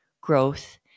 growth